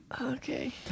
Okay